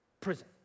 prison